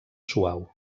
suau